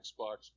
Xbox